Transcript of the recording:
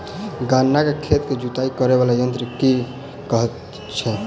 गन्ना केँ खेत केँ जुताई करै वला यंत्र केँ की कहय छै?